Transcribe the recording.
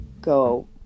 go